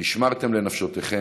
ונשמרתם לנפשותיכם,